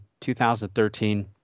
2013